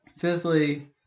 fifthly